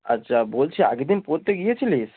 আচ্ছা বলছি আগে দিন পরতে গিয়েছিলিস